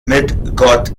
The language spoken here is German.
mit